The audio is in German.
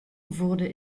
wurde